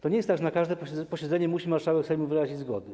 To nie jest tak, że na każde posiedzenie musi marszałek Sejmu wyrazić zgodę.